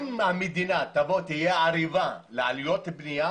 אם המדינה תהיה ערבה לעלויות הבנייה